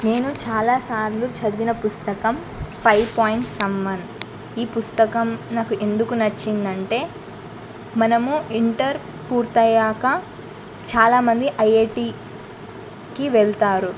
నేను చాలా సార్లు చదివిన పుస్తకం ఫైవ్ పాయింట్ సమ్ వన్ ఈ పుస్తకం నాకు ఎందుకు నచ్చిందంటే మనము ఇంటర్ పూర్తయాక చాలామంది ఐ ఐ టకి వెళ్తారు